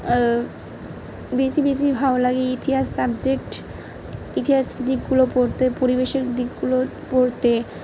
বেশি বেশি ভালো লাগে ইতিহাস সাবজেক্ট ইতিহাস দিকগুলো পড়তে পরিবেশের দিকগুলো পড়তে